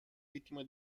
vittima